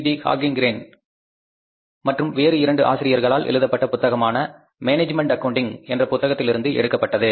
D Horngren மற்றும் வேறு 2 ஆசிரியர்களால் எழுதப்பட்ட புத்தகமான "மேனேஜ்மென்ட் அக்கவுண்டிங்" என்ற புத்தகத்தில் இருந்து எடுக்கப்பட்டது